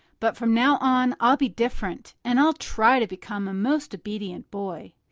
but from now on, i'll be different and i'll try to become a most obedient boy.